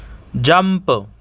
jump